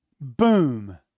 boom